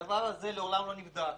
הדבר הזה מעולם לא נבדק.